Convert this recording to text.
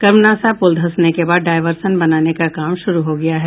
कर्मनासा पुल धंसने के बाद डायवर्सन बनाने का काम शुरू हो गया है